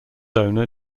owner